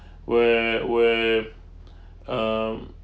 where where um